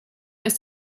ist